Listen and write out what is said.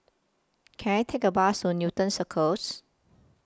Can I Take A Bus to Newton Circus